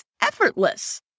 effortless